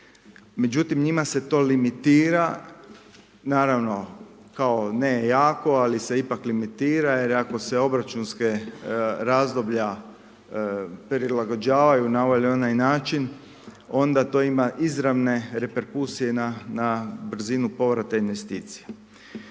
Međutim, njima se to limitira, naravno kao ne jako, ali se ipak limitira, jer ako se obračunske razdoblja prilagođavaju na ovaj ili na onaj način, onda to ima izravne reperkusije na brzinu povrata investicija.